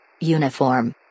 Uniform